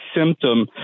symptom